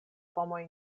pomoj